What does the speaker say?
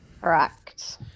Correct